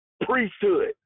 priesthood